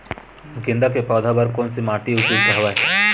गेंदा के पौधा बर कोन से माटी उपयुक्त हवय?